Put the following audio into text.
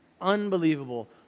unbelievable